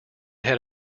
had